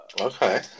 Okay